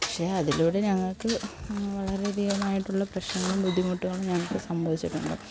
പക്ഷേ അതിലൂടെ ഞങ്ങൾക്ക് വളരെയധികമായിട്ടുള്ള പ്രശ്നങ്ങളും ബുദ്ധിമുട്ടുകളും ഞങ്ങൾക്ക് സംഭവിച്ചിട്ടുണ്ട്